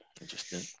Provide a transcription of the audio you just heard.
Interesting